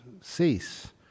cease